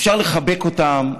אפשר לחבק אותם,